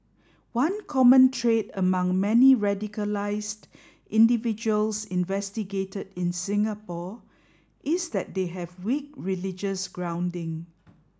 one common trait among many radicalised individuals investigated in Singapore is that they have weak religious grounding